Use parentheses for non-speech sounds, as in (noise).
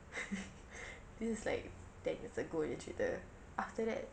(laughs) this is like there is a goal punya cerita after that